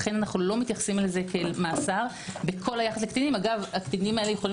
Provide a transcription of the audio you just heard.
לכן איננו מתייחסים לזה כמאסר ביחס לקטינים אגב הקטינים האלה יכולים